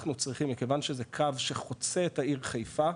מכיוון שזה קו שחוצה את העיר חיפה,